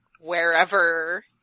wherever